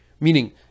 Meaning